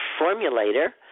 formulator